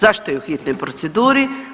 Zašto je u hitnoj proceduri?